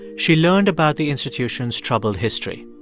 she learned about the institution's troubled history.